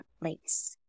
place